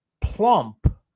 plump